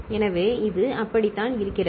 எனவே அது அப்படித்தான் இருக்கிறது